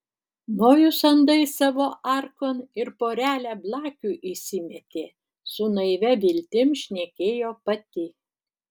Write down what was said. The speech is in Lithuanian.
nojus andai savo arkon ir porelę blakių įsimetė su naivia viltim šnekėjo pati